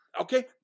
okay